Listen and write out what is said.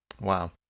Wow